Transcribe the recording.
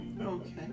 Okay